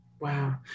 Wow